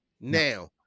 Now